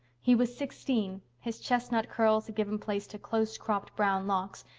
he was sixteen, his chestnut curls had given place to close-cropped brown locks,